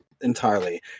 entirely